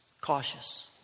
cautious